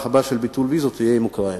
הבא של ביטול ויזות יהיה לגבי אוקראינה.